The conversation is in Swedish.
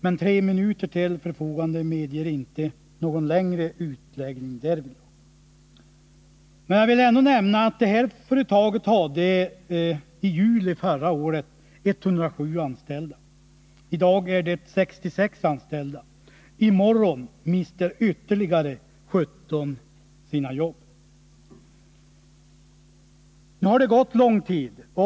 Men de tre minuter som står till mitt förfogande medger inte någon längre utläggning därvidlag. Jag vill emellertid nämna att företaget i juli förra året hade 107 anställda, i dag är det 66 anställda, och i morgon mister ytterligare 17 sina jobb. Nu har det gått lång tid.